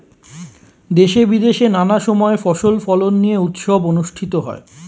দেশে বিদেশে নানা সময় ফসল ফলন নিয়ে উৎসব অনুষ্ঠিত হয়